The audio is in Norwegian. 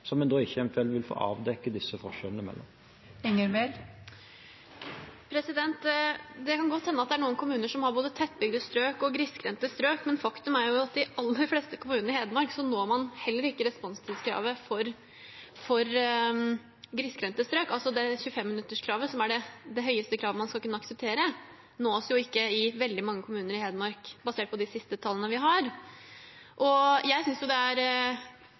en eventuelt ikke vil få avdekket forskjellene mellom disse. Det kan godt hende det er kommuner som har både tettbygde strøk og grisgrendte strøk, men faktum er at i de aller fleste kommuner i Hedmark når man heller ikke responstidskravet for grisgrendte strøk – altså 25 minutter, som er det høyeste kravet man skal kunne akseptere. Det nås jo ikke i veldig mange kommuner i Hedmark, basert på de siste tallene vi har. Jeg synes det er kritisk at ikke regjeringen tar avstand fra et slikt forslag som har kommet nå. Det er